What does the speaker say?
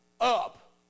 up